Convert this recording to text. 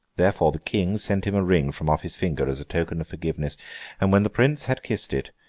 therefore the king sent him a ring from off his finger as a token of forgiveness and when the prince had kissed it,